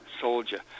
soldier